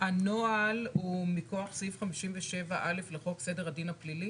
הנוהל הוא מכוח סעיף 57א' לחוק סדר הדין הפלילי?